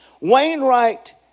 Wainwright